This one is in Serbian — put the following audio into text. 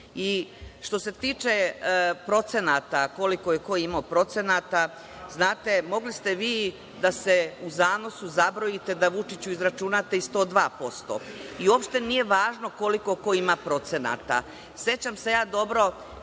se tiče procenata, koliko je ko imao procenata, znate, mogli ste vi da se u zanosu zabrojite, da Vučiću izračunate i 102% i uopšte nije važno koliko ko ima procenata.Sećam se ja dobro